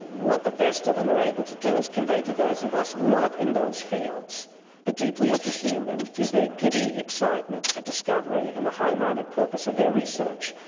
what the best of them are able to do is convey to those of us not in those fields but deeply interested in them is their giddy excitement at discovery and the high-minded purpose of their research,